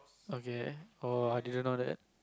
okay oh I didn't know that